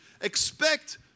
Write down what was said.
Expect